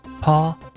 Paul